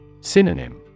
Synonym